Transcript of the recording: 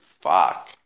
fuck